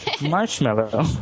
Marshmallow